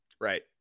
Right